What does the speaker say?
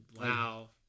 Wow